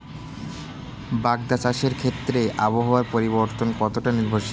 বাগদা চাষের ক্ষেত্রে আবহাওয়ার পরিবর্তন কতটা নির্ভরশীল?